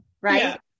right